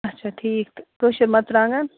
اَچھا ٹھیٖک تہٕ کٲشِر مَرژٕوانٛگَن